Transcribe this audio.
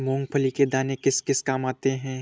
मूंगफली के दाने किस किस काम आते हैं?